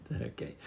okay